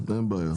אין בעיה.